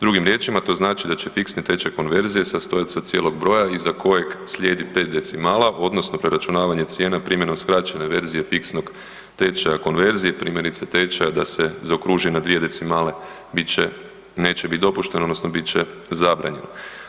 Drugim riječima to znači da će fiksni tečaj konverzije sastojat se od cijelog broja iza kojeg slijedi 5 decimala odnosno preračunavanje cijena primjenom skraćene verzije fiksnog tečaja konverzije, primjerice tečaja da se zaokruži na 2 decimale, bit će, neće bit dopušteno odnosno bit će zabranjeno.